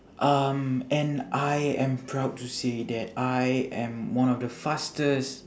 um and I am proud to say that I am one of the fastest